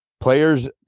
Players